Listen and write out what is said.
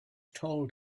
told